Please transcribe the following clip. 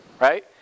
Right